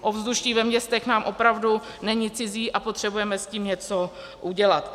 Ovzduší ve městech nám opravdu není cizí a potřebujeme s tím něco udělat.